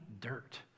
dirt